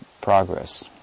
progress